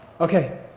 Okay